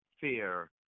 fear